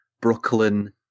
Brooklyn